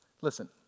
Listen